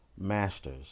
masters